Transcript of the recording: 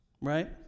Right